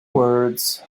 words